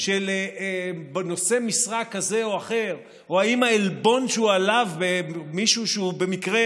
של נושא משרה כזה או אחר או אם העלבון שהוא עלב במישהו שהוא במקרה